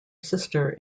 sister